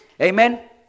Amen